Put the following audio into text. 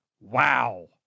wow